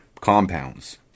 compounds